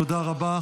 תודה רבה.